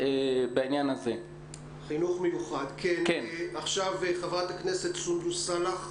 סמנכ"ל חינוך רווחה וחברה במרכז השלטון המקומי.